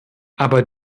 aber